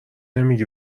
نمیگی